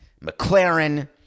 McLaren